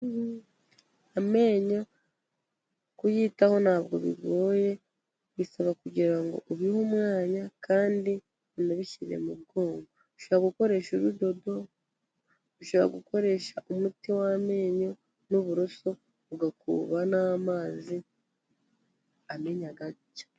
Amenyo kuyitaho ntabwo bigoye, bisaba kugira ngo ubihe umwanya kandi unabishyire mu bwonko, ushobora gukoresha urudodo, ushobora gukoresha umuti w'amenyo n'uburoso ugakuba n'amazi amenyo gake.